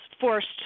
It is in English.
forced